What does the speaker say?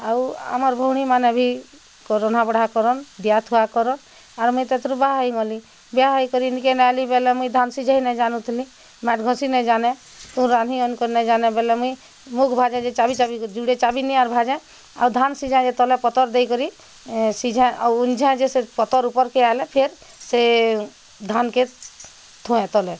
ଆଉ ଆମର୍ ଭଉଣୀମାନେ ବି ରନ୍ଧାବଢ଼ା କରନ୍ ଦିଆଥୁଆ କରନ୍ ଆର୍ ମୁଇଁ ତେଥରୁଁ ବାହା ହେଇଗଁଲି ବିହା ହେଇକରି ଇନକେ ଆଇଲି ବଲେ ମୁଇଁ ଧାନ୍ ସିଝେଇ ନାଇଁ ଜାନୁଁଥିଲି ମାଏଟ୍ ଘଷି ନାଇଁଜାନେ ତୁନ୍ ରାନ୍ଧି ମାନକ ନାଇଁଜାନେ ବଲେ ମୁଇଁ ମୁଗ୍ ଭାଜେ ଯେ ଚାବି ଚାବି କରି ଯୁଡ଼େ ଚାବି ନିଏଁ ଭାଜେଁ ଧାନ୍ ସିଝେଁ ଯେ ତଲେ ପତର୍ ଦେଇକରି ସିଝାଏଁ ଉଲଝାଏଁ ଯେ ସେ ପତର୍ ଉପରକେ ଆଏଲେ ଫେର୍ ସେ ଧାନକେ ଥୁଏଁ ତଲେ